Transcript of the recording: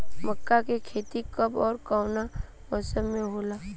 मका के खेती कब ओर कवना मौसम में होला?